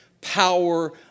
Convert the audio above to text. power